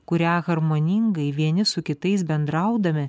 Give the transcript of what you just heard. kurią harmoningai vieni su kitais bendraudami